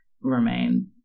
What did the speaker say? remain